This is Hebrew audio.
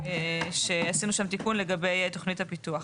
עשינו תיקון לגבי תכנית הפיתוח.